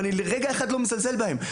לרגע אני לא מזלזל בהם,